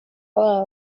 wabo